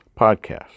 podcast